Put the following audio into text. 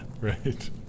Right